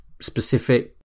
specific